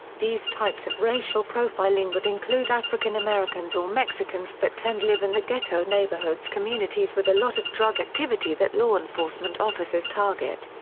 these types of racial profiling would include african americans or mexicans that tend live in the ghetto neighborhoods communities with a lot of drug activity that law enforcement officers target.